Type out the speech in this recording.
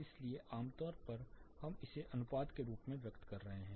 इसलिए आमतौर पर हम इसे अनुपात के रूप में व्यक्त कर रहे हैं